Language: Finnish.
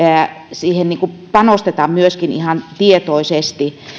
siihen panosteta myöskin ihan tietoisesti